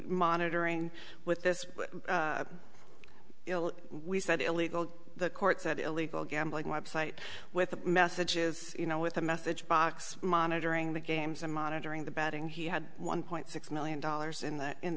monitoring with this we said illegal the court said illegal gambling website with messages you know with a message box monitoring the games and monitoring the betting he had one point six million dollars in that in